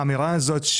האמירה הזו,